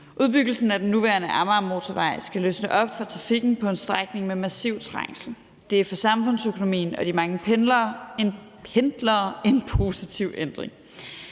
Udbygningen af den nuværende Amagermotorvej skal løsne op for trafikken på en strækning med massiv trængsel. Det er for samfundsøkonomien og de mange pendlere en positiv ændring.